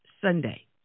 Sunday